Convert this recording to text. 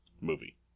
movie